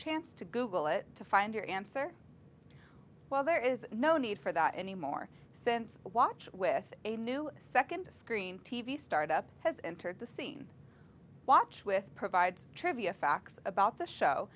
chance to google it to find your answer well there is no need for that anymore since a watch with a new second screen t v startup has entered the scene watch with provides trivia facts about the show